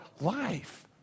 life